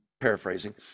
paraphrasing